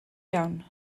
iawn